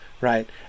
right